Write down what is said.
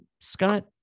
Scott